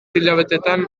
hilabeteetan